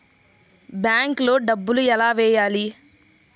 బ్యాంక్లో డబ్బులు ఎలా వెయ్యాలి?